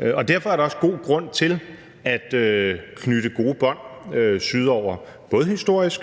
Derfor er der også god grund til at knytte gode bånd sydover, både historisk,